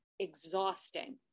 exhausting